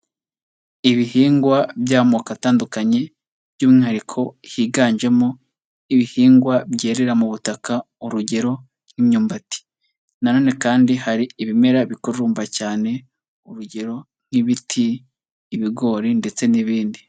Ibihingwa by'amoko atandukanye by'umwihariko higanjemo ibihingwa byerera mu butaka, urugero; nk'imyumbati, nanone kandi hari ibimera bikururumba cyane urugero; nk'ibiti, ibigori ndetse n'ibindi.